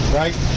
right